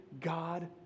God